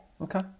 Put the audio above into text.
Okay